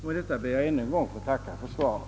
Med det anförda ber jag ännu en gång att få tacka för svaret.